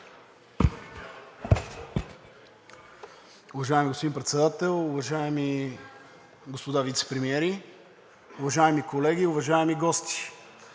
Уважаеми господин Председател, уважаеми господа вицепремиери, уважаеми колеги, уважаеми гости!